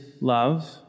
love